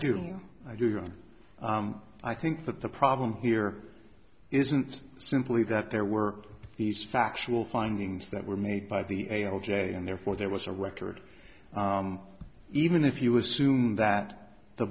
what i do you're i think that the problem here isn't simply that there were these factual findings that were made by the a l j and therefore there was a record even if you assume that the